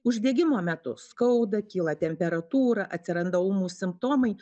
uždegimo metu skauda kyla temperatūra atsiranda ūmūs simptomai